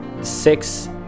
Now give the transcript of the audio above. Six